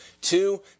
Two